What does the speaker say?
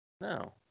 No